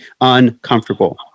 uncomfortable